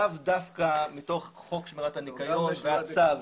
לאו דווקא מתוך חוק שמירת הניקיון והצו.